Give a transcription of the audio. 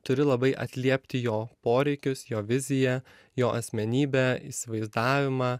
turi labai atliepti jo poreikius jo viziją jo asmenybę įsivaizdavimą